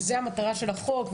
וזו המטרה של החוק,